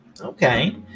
okay